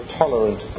tolerant